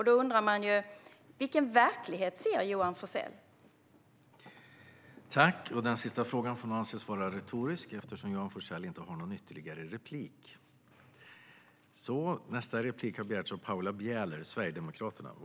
Då undrar man ju vilken verklighet Johan Forssell ser.